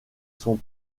son